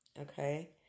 Okay